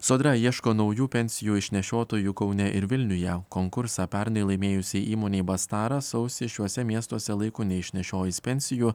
sodra ieško naujų pensijų išnešiotojų kaune ir vilniuje konkursą pernai laimėjusiai įmonei bastaras sausį šiuose miestuose laiku neišnešiojus pensijų